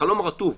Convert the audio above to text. החלום הרטוב,